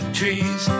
trees